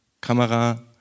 Kamera